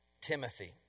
Timothy